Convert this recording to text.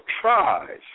tries